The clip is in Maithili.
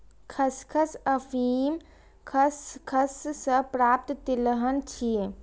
खसखस अफीम खसखस सं प्राप्त तिलहन छियै